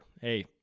hey